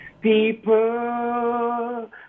People